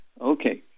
Okay